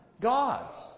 gods